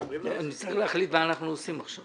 נצטרך להחליט מה אנחנו עושים עכשיו.